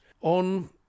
on